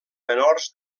menors